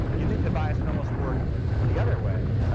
you'd think the bias would almost work the other way.